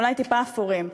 אולי טיפה אפורים,